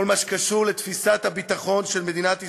בכל מה שקשור לתפיסת הביטחון של מדינת ישראל,